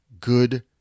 good